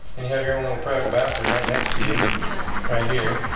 you have your own little private bathroom right next to you. yeah right here